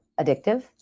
addictive